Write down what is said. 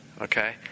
okay